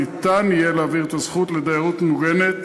ניתן יהיה להעביר את הזכות לדיירות מוגנת